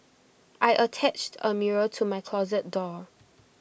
I attached A mirror to my closet door